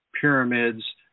pyramids